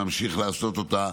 נמשיך לעשות אותה